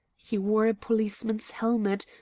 he wore a policeman's helmet,